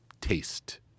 taste